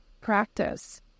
practice